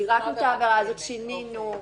פירטנו את העבירה הזאת, שינינו.